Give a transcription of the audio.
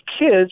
kids